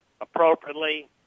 appropriately